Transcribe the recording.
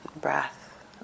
breath